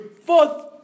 Fourth